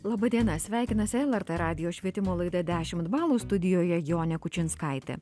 laba diena sveikinasi lrtradijo švietimo laida dešimt balų studijoje jonė kučinskaitė